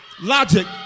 logic